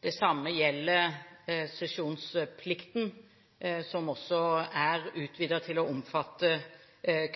Det samme gjelder sesjonsplikten, som også er utvidet til å omfatte